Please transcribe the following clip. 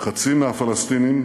חצי מהפלסטינים,